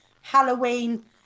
Halloween